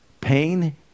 pain